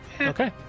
Okay